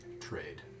trade